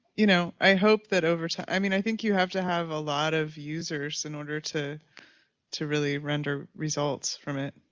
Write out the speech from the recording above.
you know, i hope that overtime i mean, i think you have to have a lot of users in order to to really render results from it.